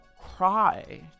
cry